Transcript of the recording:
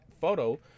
photo